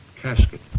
casket